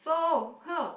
so hmm